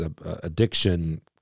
addiction